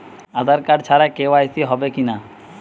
আধার card ছাড়া KYC হবে কিনা?